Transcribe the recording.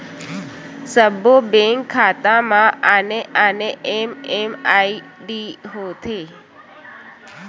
सब्बो बेंक खाता म आने आने एम.एम.आई.डी होथे